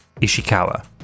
Ishikawa